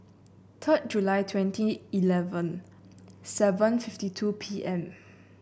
third July twenty eleven seven fifty two P M